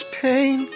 pain